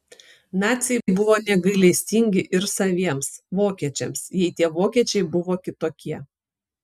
naciai buvo negailestingi ir saviems vokiečiams jei tie vokiečiai buvo kitokie